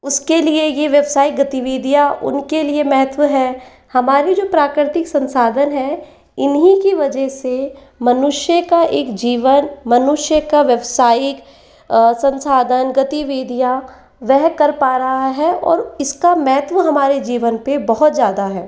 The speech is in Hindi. उसके लिए ये व्यावसायिक गतिविधियाँ उनके लिए महत्व है हमारी जो प्राकृतिक संसाधन है इन्ही के वजह से मनुष्य का एक जीवन मनुष्य का व्यावसायिक संसाधन गतिविधियाँ वह कर पा रहा है और इसका महत्व हमारे जीवन पर बहुत ज़्यादा है